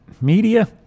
Media